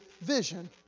vision